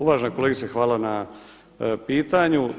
Uvažena kolegice hvala na pitanju.